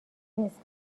نیست